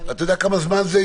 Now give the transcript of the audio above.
אתה יודע כמה זמן זה?